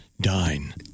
dine